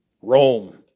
Rome